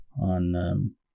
on